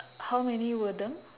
how many were them